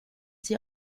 sie